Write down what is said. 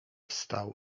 wstał